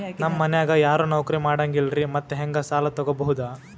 ನಮ್ ಮನ್ಯಾಗ ಯಾರೂ ನೌಕ್ರಿ ಮಾಡಂಗಿಲ್ಲ್ರಿ ಮತ್ತೆಹೆಂಗ ಸಾಲಾ ತೊಗೊಬೌದು?